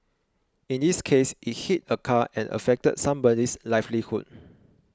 in this case it hit a car and affected somebody's livelihood